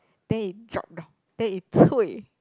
then it drop down then it 粹